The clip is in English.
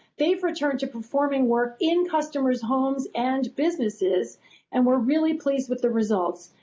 they returned to performing work in customers homes and businesses and we're really pleased with the results.